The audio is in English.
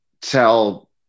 tell